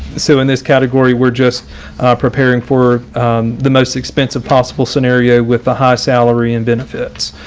so in this category, we're just preparing for the most expensive possible scenario with a high salary and benefits.